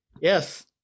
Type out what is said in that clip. Yes